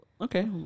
Okay